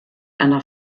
einer